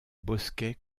bosquets